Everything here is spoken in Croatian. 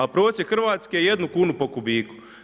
A prosjek Hrvatske je 1 kunu po kubiku.